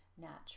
natural